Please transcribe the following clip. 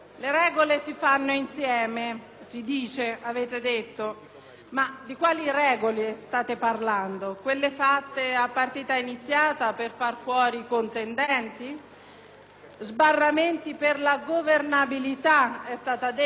ma di quale regole state parlando? Quelle fatte a partita iniziata per fare fuori i contendenti? Si è parlato di sbarramenti per la governabilità; di cosa, dell'Europa? Peccato che il Parlamento europeo